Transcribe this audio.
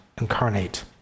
incarnate